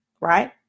right